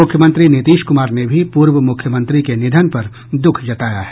मुख्यमंत्री नीतीश कुमार ने भी पूर्व मुख्यमंत्री के निधन पर दुख जताया है